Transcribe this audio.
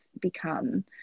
become